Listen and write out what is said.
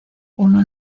uno